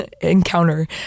encounter